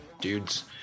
dudes